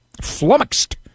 flummoxed